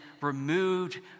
removed